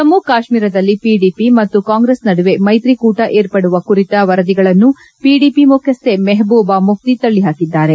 ಜಮ್ಮ ಕಾಶ್ಹೀರದಲ್ಲಿ ಪಿಡಿಪಿ ಮತ್ತು ಕಾಂಗ್ರೆಸ್ ನಡುವೆ ಮೈತ್ರಿಕೂಟ ಏರ್ಪಡುವ ಕುರಿತ ವರದಿಗಳನ್ನು ಪಿಡಿಪಿ ಮುಖ್ಯಸ್ಥೆ ಮೆಹಬೂಬಾ ಮುಖ್ವಿ ತಳ್ಳಹಾಕಿದ್ದಾರೆ